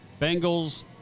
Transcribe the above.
Bengals